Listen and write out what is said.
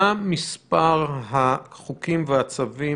מה מספר החוקים והצווים